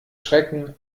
schrecken